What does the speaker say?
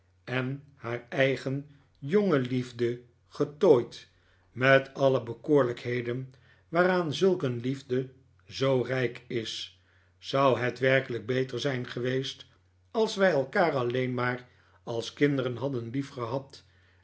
en haar eigen jonge liefde getooid met alle bekoorlijkheden waaraan zulk een liefde zoo rijk is zou het werkelijk beter zijn geweest als wij elkaar alleen maar als kinderen hadden